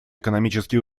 экономические